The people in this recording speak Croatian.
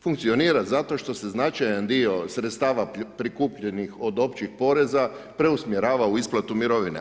Funkcionira zato što se značajan dio sredstava prikupljenih od općih poreza, preusmjerava u isplatu mirovine.